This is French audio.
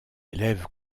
élèves